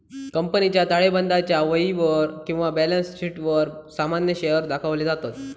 कंपनीच्या ताळेबंदाच्या वहीवर किंवा बॅलन्स शीटवर सामान्य शेअर्स दाखवले जातत